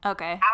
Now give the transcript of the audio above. Okay